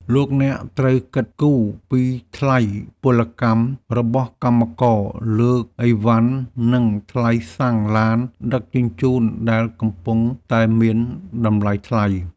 លោកអ្នកត្រូវគិតគូរពីថ្លៃពលកម្មរបស់កម្មករលើកអីវ៉ាន់និងថ្លៃសាំងឡានដឹកជញ្ជូនដែលកំពុងតែមានតម្លៃថ្លៃ។